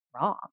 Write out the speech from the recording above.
wrong